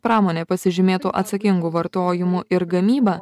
pramonė pasižymėtų atsakingu vartojimu ir gamyba